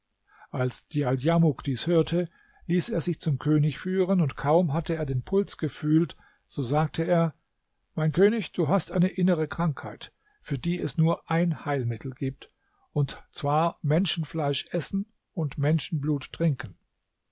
als djaldjamuk dies hörte ließ er sich zum könig führen und kaum hatte er den puls gefühlt so sagte er mein könig du hast eine innere krankheit für die es nur ein heilmittel gibt und zwar menschenfleisch essen und menschenblut trinken